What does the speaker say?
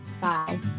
bye